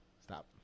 Stop